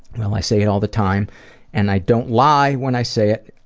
well, i say it all the time and i don't lie when i say it,